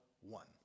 one